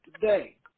today